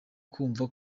kumva